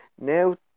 Now